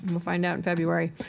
we'll find out in february.